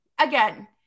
again